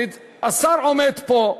השר עומד פה,